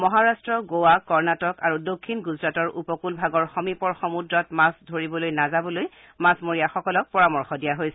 মহাৰট্ট গোৱা কণটিক আৰু দফ্ফিণ গুজৰাটৰ উপকূল ভাগৰ সমীপৰ সমূহ্ৰত মাছ ধৰিবলৈ নাযাবলৈ মাছমৰীয়াসকলক পৰামৰ্শ দিয়া হৈছে